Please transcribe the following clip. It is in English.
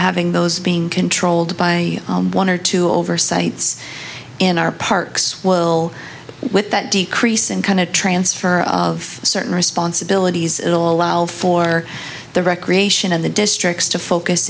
having those being controlled by one or two oversights in our parks will with that decrease in kind of transfer of certain responsibilities and allow for the recreation of the districts to focus